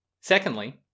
Secondly